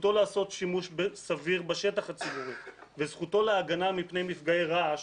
זכותו לעשות שימוש סביר בשטח הציבורי וזכותו להגנה מפני מפגעי רעש